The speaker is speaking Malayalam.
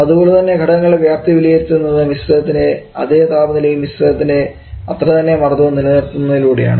അതുപോലെതന്നെ ഘടകങ്ങളുടെ വ്യാപ്തി വിലയിരുത്തുന്നത് മിശ്രിതത്തിന്റെ അത്ര തന്നെ താപനിലയും മിശ്രിതത്തിൻറെ അത്രതന്നെ മർദ്ദവും നിലനിർത്തുന്നതിലൂടെയാണ്